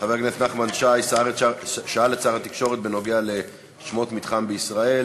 שחבר הכנסת נחמן שי שאל את שר התקשורת בנוגע לשמות מתחם בישראל,